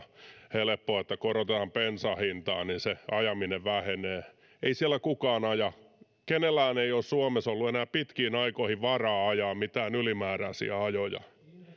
helppoa korotetaan bensan hintaa niin se ajaminen vähenee ei siellä kukaan aja kenelläkään ei ole suomessa ollut enää pitkiin aikoihin varaa ajaa mitään ylimääräisiä ajoja ei